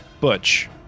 Butch